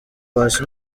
paccy